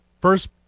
First